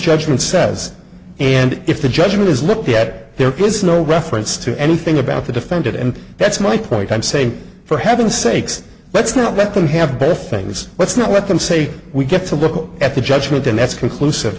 judgment says and if the judgment is looked at there please no reference to anything about the defendant and that's my point i'm saying for heaven's sakes let's not let them have both things let's not let them say we get to look at the judgment and that's conclusive